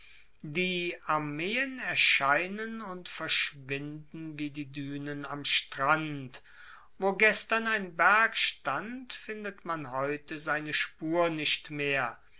die armeen erscheinen und verschwinden wie die duenen am strand wo gestern ein berg stand findet man heute seine spur nicht mehr